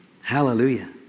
Hallelujah